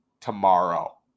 tomorrow